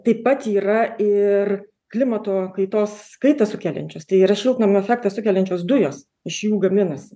taip pat yra ir klimato kaitos kaitą sukeliančios tai yra šiltnamio efektą sukeliančios dujos iš jų gaminasi